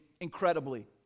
incredibly